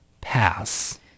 Pass